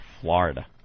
Florida